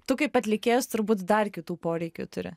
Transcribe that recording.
tu kaip atlikėjas turbūt dar kitų poreikių turi